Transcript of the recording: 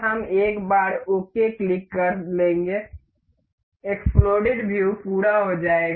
और हम एक बार ओके क्लिक कर लेंगे एक्स्प्लोडेड व्यू पूरा हो जाएगा